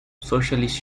socialist